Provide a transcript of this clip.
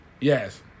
Yes